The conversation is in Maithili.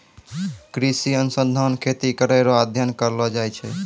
कृषि अनुसंधान खेती करै रो अध्ययन करलो जाय छै